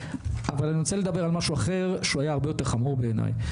אבל אני רוצה לדבר על משהו אחר שהיה הרבה יותר חמור בעיניי.